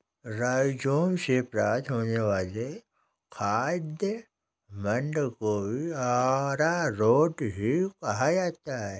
rhizome से प्राप्त होने वाले खाद्य मंड को भी अरारोट ही कहा जाता है